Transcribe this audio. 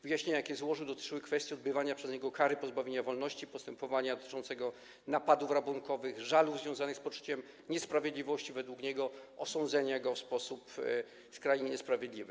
Wyjaśnienia, jakie złożył, dotyczyły kwestii odbywania przez niego kary pozbawienia wolności, postępowania dotyczącego napadów rabunkowych, żalów związanych z poczuciem niesprawiedliwości według niego, osądzenia go w sposób skrajnie niesprawiedliwy.